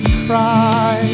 cry